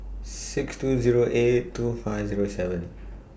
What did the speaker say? six two Zero eight two five Zero seven